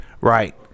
Right